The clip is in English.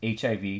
HIV